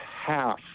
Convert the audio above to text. half